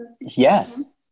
Yes